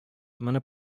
моны